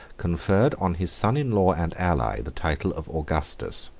conferred on his son-in-law and ally the title of augustus.